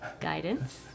Guidance